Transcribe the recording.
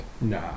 Nah